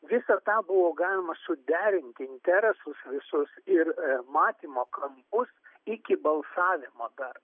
visą tą buvo galima suderinti interesus visus ir matymo kampus iki balsavimo dar